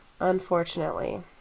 Unfortunately